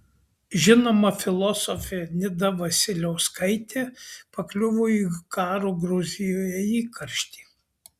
žinoma filosofė nida vasiliauskaitė pakliuvo į karo gruzijoje įkarštį